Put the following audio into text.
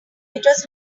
was